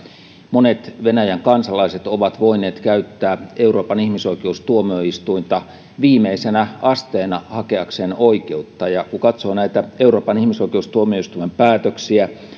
monet venäjän kansalaiset ovat voineet käyttää euroopan ihmisoikeustuomioistuinta viimeisenä asteena hakeakseen oikeutta ja kun katsoo euroopan ihmisoikeustuomioistuimen päätöksiä